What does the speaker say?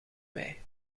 wei